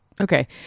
okay